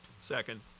Second